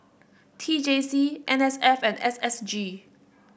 T J C N S F and S S G